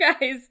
guys